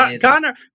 connor